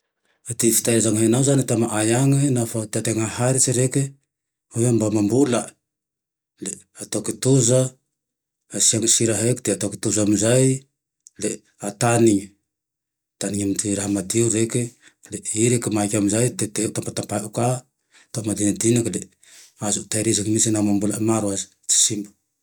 Ty fitaizan'ny hena ao zane ty amaay ane nafa tiantena haharitsy reke hoe mba amam-bolany le atao kitoza. Asiagne sira heky de atao kitoza amin'izay de atanine. Ataniny amy ty raha madio reke, i reke maiky amin'izay tetehy tapatapao ka, atao madinidiniky azo tahiriziny mihintsiny na amambolana maro aza tsy simba.